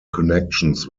connections